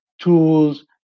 tools